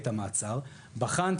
החלטת